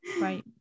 right